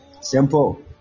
Simple